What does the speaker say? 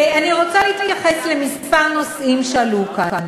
אני רוצה להתייחס לכמה נושאים שעלו כאן.